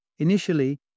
Initially